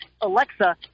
Alexa